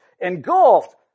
engulfed